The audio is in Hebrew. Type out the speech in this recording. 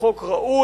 הוא חוק ראוי,